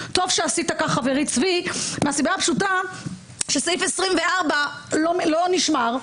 טוב שעשית כך חברי צבי מהסיבה הפשוטה שסעיף 24 לא נשמר,